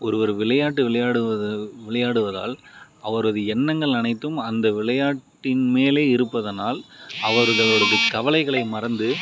ஒருவர் விளையாட்டு விளையாடுவது விளையாடுவதால் அவரது எண்ணங்கள் அனைத்தும் அந்த விளையாட்டின் மேலே இருப்பதனால் அவர்களது கவலைகளை மறந்து